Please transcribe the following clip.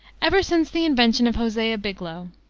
ever since the invention of hosea biglow,